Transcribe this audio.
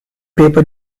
paper